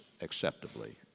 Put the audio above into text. acceptably